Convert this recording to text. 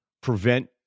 prevent